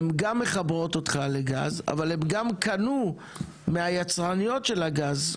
הן גם מחברות אותך לגז אבל הן גם קנו מהיצרניות של הגז,